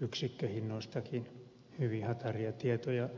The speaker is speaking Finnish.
yksikköhinnoistakin hyvin hataria tietoja